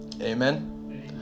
Amen